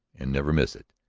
and never miss it!